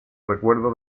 recuerdo